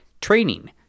training